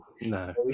no